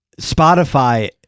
Spotify